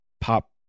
pop